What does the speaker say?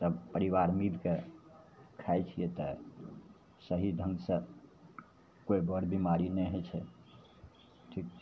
सभ परिवार मिलिके खाइ छिए तऽ सही ढङ्गसे कोइ बर बेमारी नहि होइ छै ठीक छै